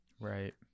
right